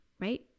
right